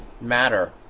matter